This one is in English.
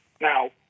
Now